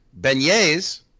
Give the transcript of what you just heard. beignets